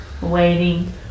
waiting